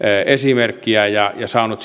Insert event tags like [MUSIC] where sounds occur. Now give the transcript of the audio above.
esimerkkiä ja saanut [UNINTELLIGIBLE]